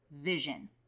vision